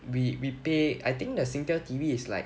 we we pay I think the Singtel T_V is like